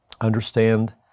Understand